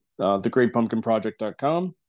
thegreatpumpkinproject.com